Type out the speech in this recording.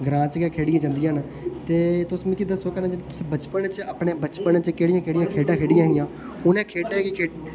ग्रां च गै खेढ़ियां जन्दिया ते तुस मिगी दस्सो के बचपन च अपने बचपन च केह्ड़ियां केह्ड़ियां खेढ़ा खेढ़ायां हियां ते उने खेडे